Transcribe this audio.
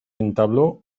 entabló